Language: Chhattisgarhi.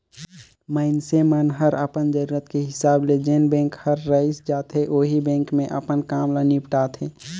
मइनसे मन हर अपन जरूरत के हिसाब ले जेन बेंक हर रइस जाथे ओही बेंक मे अपन काम ल निपटाथें